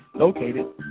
located